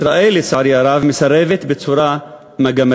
ישראל, לצערי הרב, מסרבת בצורה מגמתית,